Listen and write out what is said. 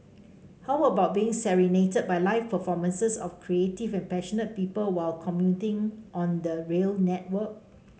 how about being serenaded by live performances of creative and passionate people while commuting on the rail network